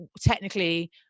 technically